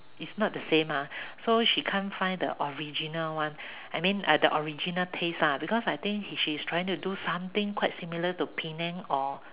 is not the same ah so she can't find the original one I mean the original taste lah because I think she's trying to do something similar to Penang or